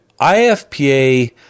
IFPA